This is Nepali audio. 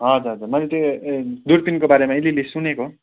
हजुर हजुर मैले त्यो ए दुर्पिनको बारेमा अलिअलि सुनेको